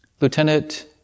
Lieutenant